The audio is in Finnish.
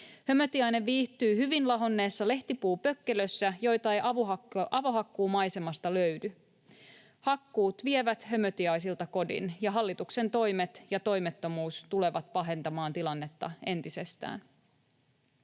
Hömötiainen viihtyy hyvin lahonneessa lehtipuupökkelössä, joita ei avohakkuumaisemasta löydy. Hakkuut vievät hömötiaisilta kodin, ja hallituksen toimet ja toimettomuus tulevat pahentamaan tilannetta entisestään.